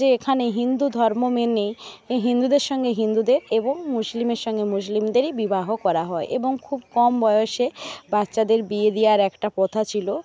যে এখানে হিন্দু ধর্ম মেনে এই হিন্দুদের সঙ্গে হিন্দুদের এবং মুসলিমের সঙ্গে মুসলিমদেরই বিবাহ করা হয় এবং খুব কম বয়সে বাচ্চাদের বিয়ে দেওয়ার একটা প্রথা ছিল